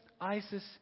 ISIS